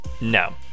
No